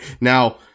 now